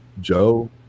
Joe